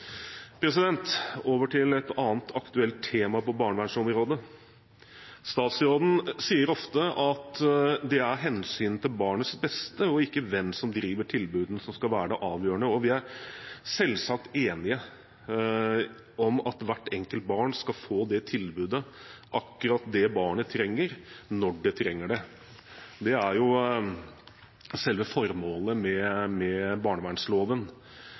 Over til et annet aktuelt tema på barnevernsområdet. Statsråden sier ofte at det er hensynet til barnets beste og ikke hvem som driver tilbudene, som skal være det avgjørende. Vi er selvsagt enige om at hvert enkelt barn skal få det tilbudet akkurat det barnet trenger, når det trenger det. Det er selve formålet med barnevernloven.